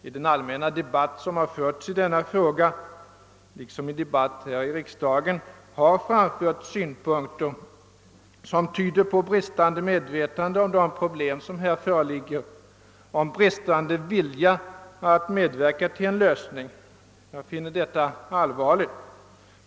I den allmänna debatt som förts i den här frågan — liksom i riksdagsdebatten — har det förekommit synpunkter som tyder på bristande medvetenhet om de problem som existerar och på bristande vilja att medverka till en lösning. Jag finner detta allvarligt.